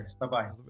Bye-bye